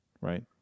Right